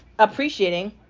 appreciating